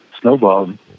snowballed